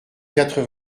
quatre